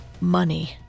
Money